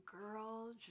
girl